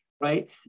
right